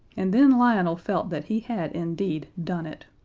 and then lionel felt that he had indeed done it.